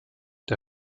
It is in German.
der